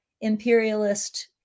imperialist